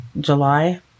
July